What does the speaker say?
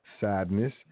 sadness